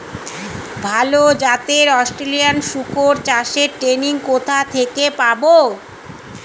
ভালো জাতে অস্ট্রেলিয়ান শুকর চাষের ট্রেনিং কোথা থেকে পাব?